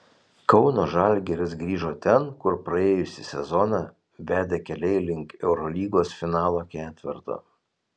kauno žalgiris grįžo ten kur praėjusį sezoną vedė keliai link eurolygos finalo ketverto